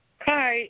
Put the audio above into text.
Hi